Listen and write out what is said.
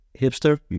hipster